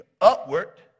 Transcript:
upward